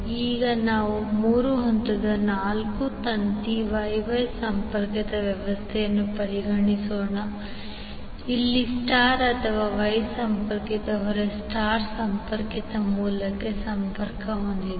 ಈಗ ನಾವು ಮೂರು ಹಂತದ ನಾಲ್ಕು ತಂತಿ Y Y ಸಂಪರ್ಕಿತ ವ್ಯವಸ್ಥೆಯನ್ನು ಪರಿಗಣಿಸೋಣ ಅಲ್ಲಿ ಸ್ಟರ್ ಅಥವಾ ವೈ ಸಂಪರ್ಕಿತ ಹೊರೆ ಸ್ಟರ್ ಸಂಪರ್ಕಿತ ಮೂಲಕ್ಕೆ ಸಂಪರ್ಕ ಹೊಂದಿದೆ